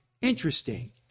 Interesting